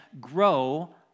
grow